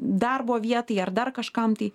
darbo vietai ar dar kažkam tai